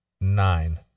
nine